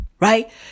Right